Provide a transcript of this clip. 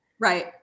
Right